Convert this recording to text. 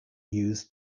used